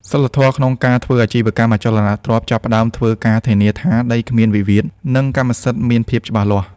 សីលធម៌ក្នុងការធ្វើអាជីវកម្មអចលនទ្រព្យ ចាប់ផ្ដើមពីការធានាថា "ដីគ្មានវិវាទ និងកម្មសិទ្ធិមានភាពច្បាស់លាស់"។